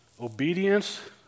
Obedience